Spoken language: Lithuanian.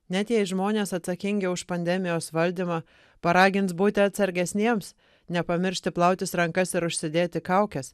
net jei žmonės atsakingi už pandemijos valdymą paragins būti atsargesniems nepamiršti plautis rankas ir užsidėti kaukes